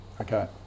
Okay